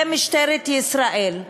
זה משטרת ישראל.